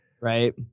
right